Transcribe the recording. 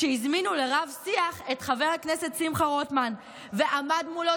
כשהזמינו לרב-שיח את חבר הכנסת שמחה רוטמן ועמד מולו